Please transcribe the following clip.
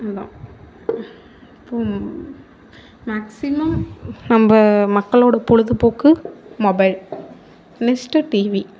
அதுதான் இப்போது மேக்சிமம் நம்ம மக்களோட பொழுதுபோக்கு மொபைல் நெக்ஸ்டு டிவி